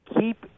Keep